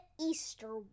Easter